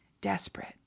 desperate